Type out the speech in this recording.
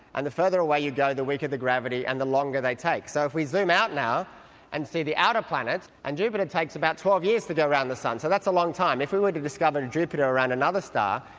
and the farther away you go the weaker the gravity and the longer they take. so if we zoom out now and see the outer planets. and jupiter takes about twelve years to go around the sun, so that's a long time. if we were to discover jupiter around another star,